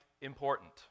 important